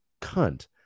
cunt